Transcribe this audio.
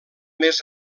més